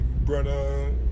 brother